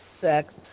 sex